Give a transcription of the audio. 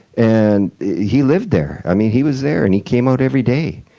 and he lived there. i mean, he was there and he came out every day.